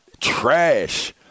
Trash